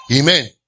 Amen